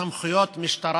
במקום זאת,